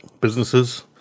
businesses